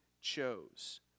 chose